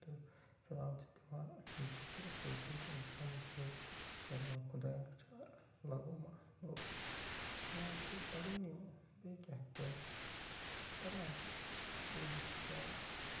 تہٕ فِلحال چھِ دِوان J K S S B یِک ایگزام وُچھَو کَرِ ما خُدایا چارٕ لَگَو ما نوکری فِلحال چھِ پرانی بیٚیہِ کیٛاہ ہٮ۪کہٕ بہٕ ؤنِتھ پران چھُس سِٹیڈی چھُس کران